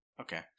Okay